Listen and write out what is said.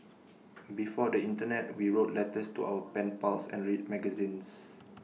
before the Internet we wrote letters to our pen pals and read magazines